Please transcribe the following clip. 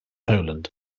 poland